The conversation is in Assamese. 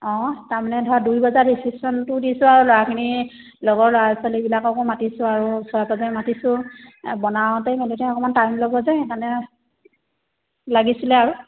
অঁ তাৰমানে ধৰা দুই বজাত ৰিচিপশ্যনটো দিছোঁ আৰু ল'ৰাখিনি লগৰ ল'ৰা ছোৱালীবিলাককো মাতিছোঁ আৰু ওচৰা পাঁজৰে মাতিছোঁ বনাওঁতেই মেলোতে অকণমান টাইম ল'ব যে সেইকাৰণে লাগিছিলে আৰু